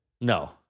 No